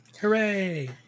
Hooray